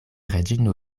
reĝino